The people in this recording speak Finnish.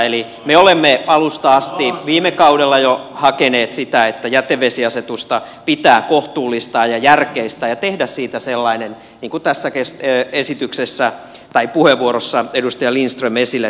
eli me olemme alusta asti jo viime kaudella hakeneet sitä että jätevesiasetusta pitää kohtuullistaa ja järkeistää ja tehdä siitä sellainen kuin mitä tässä puheenvuorossa edustaja lindström esille toi